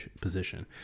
position